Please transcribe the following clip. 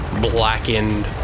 blackened